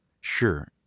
Sure